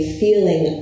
feeling